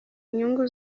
inyungu